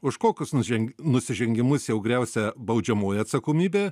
už kokius nuženk nusižengimus jau gresia baudžiamoji atsakomybė